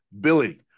Billy